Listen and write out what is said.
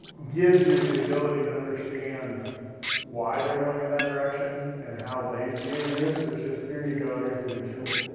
give you the ability to understand why they're going in that direction and how they see it used. it's just here you go, here's the new tool.